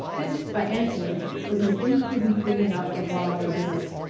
this by anthony was an imprudent bringing up of raw reserves.